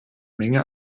menge